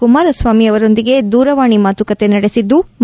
ಕುಮಾರಸ್ನಾಮಿ ಅವರೊಂದಿಗೆ ದೂರವಾಣಿ ಮಾತುಕತೆ ನಡೆಸಿದ್ಲು